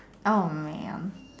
oh man